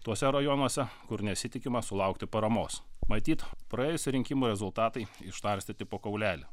tuose rajonuose kur nesitikima sulaukti paramos matyt praėjusių rinkimų rezultatai išnarstyti po kaulelį